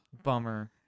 bummer